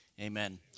amen